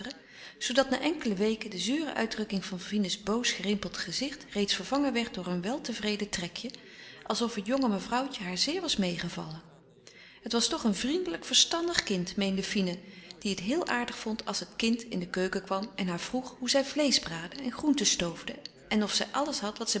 zoodat na enkele weken de zure uitdrukking van fine's boos gerimpeld gezicht reeds vervangen werd door een weltevreden trekje alsof het jonge mevrouwtje haar zeer was meêgevallen het was toch een vriendelijk verstandig kind meende fine die het heel aardig vond als het kind in de keuken kwam en haar vroeg hoe zij vleesch braadde en groenten stoofde en of zij alles had wat